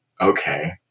Okay